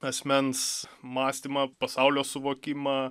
asmens mąstymą pasaulio suvokimą